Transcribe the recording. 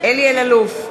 אלי אלאלוף,